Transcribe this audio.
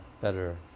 better